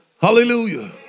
Hallelujah